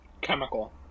chemical